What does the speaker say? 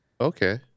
okay